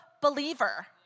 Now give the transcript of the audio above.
believer